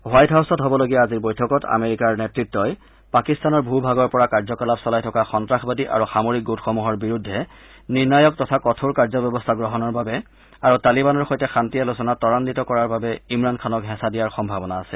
white হাউছত হ'বলগীয়া আজিৰ বৈঠকত আমেৰিকাৰ নেত়ত্বই পাকিস্তানৰ ভূ ভাগৰ পৰা কাৰ্যকলাপ চলাই থকা সন্নাসবাদী আৰু সামৰিক গোটসমূহৰ বিৰুদ্ধে নিৰ্ণায়ক তথা কঠোৰ কাৰ্যব্যৱস্থা গ্ৰহণৰ বাবে আৰু তালিবানৰ সৈতে শান্তি আলোচনা তুৰাগ্বিত কৰাৰ বাবে ইমৰান খানক হেঁচা দিয়াৰ সম্ভাৱনা আছে